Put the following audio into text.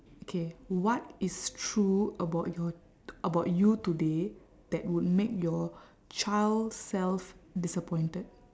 okay what is true about your about you today that would make your child self disappointed